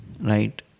Right